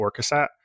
Orcasat